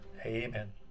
Amen